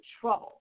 trouble